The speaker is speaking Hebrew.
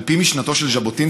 על פי משנתו של ז'בוטינסקי,